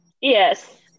Yes